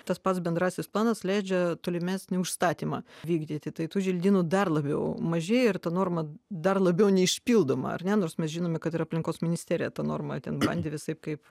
tas pats bendrasis planas leidžia tolimesnį užstatymą vykdyti tai tų želdynų dar labiau mažėja ir ta norma dar labiau neišpildoma ar ne nors mes žinome kad ir aplinkos ministerija tą normą ten bandė visaip kaip